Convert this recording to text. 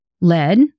lead